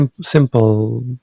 simple